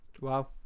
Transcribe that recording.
wow